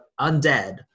undead